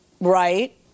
Right